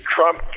Trump